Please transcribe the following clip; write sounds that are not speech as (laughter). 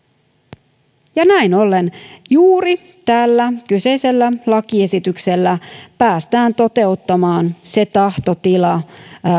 (unintelligible) (unintelligible) näin ollen (unintelligible) juuri tällä kyseisellä lakiesityksellä päästään toteuttamaan se tahtotila